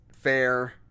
Fair